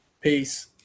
Peace